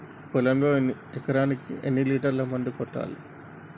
పొలంలో ఎకరాకి ఎన్ని లీటర్స్ మందు కొట్టాలి?